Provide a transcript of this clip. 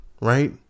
right